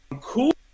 cool